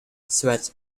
sweat